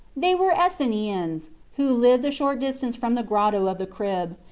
they were esseniens, who lived a short distance from the grotto of the crib,